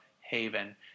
Haven